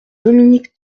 dominique